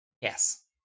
Yes